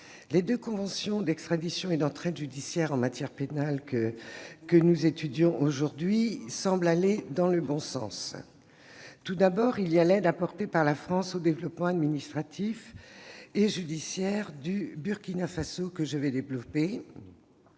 les deux conventions d'extradition et d'entraide judiciaire en matière pénale que nous examinons aujourd'hui semblent aller dans le bon sens. J'évoquerai tout d'abord l'aide apportée par la France au développement administratif et judiciaire du Burkina Faso. Dans le